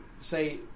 say